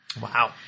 Wow